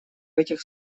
этих